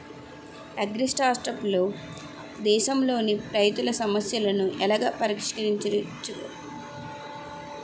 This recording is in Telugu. అగ్రిస్టార్టప్లు దేశంలోని రైతుల సమస్యలను ఎలా పరిష్కరించగలవు?